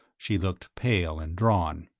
she looked pale and drawn.